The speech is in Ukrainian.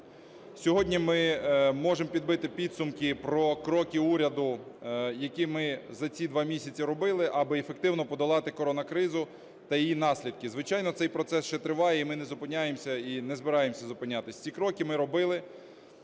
Сьогодні ми можемо підбити підсумки про кроки уряду, які ми за ці 2 місяці робили, аби ефективно подолати коронакризу та її наслідки. Звичайно, цей процес ще триває і ми не зупиняємося, і не збираємося зупинятись. Ці кроки ми робили